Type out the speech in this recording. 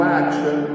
action